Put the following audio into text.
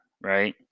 right